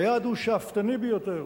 היעד הוא שאפתני ביותר.